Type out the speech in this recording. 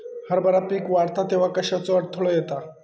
हरभरा पीक वाढता तेव्हा कश्याचो अडथलो येता?